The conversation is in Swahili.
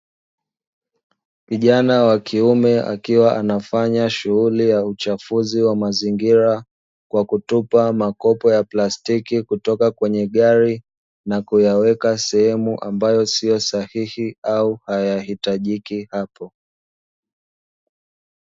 Vijana wa kiume akiwa anafanya shughuli ya uchafuzi wa mazingira, kwa kutupa makopo ya plastiki kutoka kwenye gari na kuyaweka sehemu ambayo sio sahihi au hayahitajiki hapo.